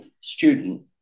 student